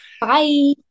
Bye